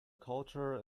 culture